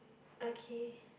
okay